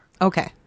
okay